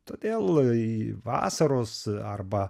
todėl vietoj vasaros arba